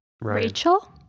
Rachel